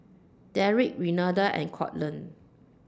Deric Renada and Courtland